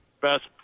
best